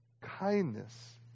kindness